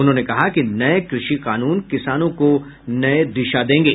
उन्होंने कहा कि नये कृषि कानून किसानों को नई दिशा देंगे